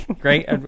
Great